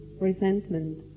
resentment